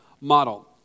model